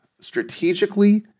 strategically